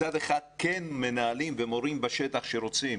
מצד אחד כן מנהלים ומורים בשטח שרוצים